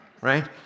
right